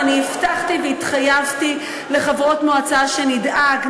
ואני הבטחתי והתחייבתי לחברות מועצה שנדאג,